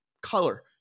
color